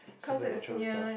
supernatural stuffs